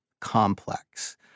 complex